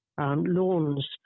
lawns